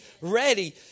ready